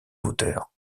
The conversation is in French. l’auteur